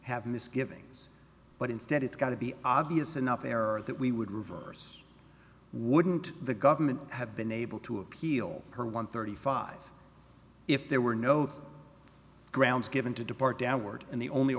have misgivings but instead it's got to be obvious enough error that we would reverse wouldn't the government have been able to appeal her one thirty five if there were no grounds given to depart downward and the only